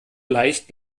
leicht